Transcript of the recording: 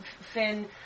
Finn